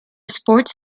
sports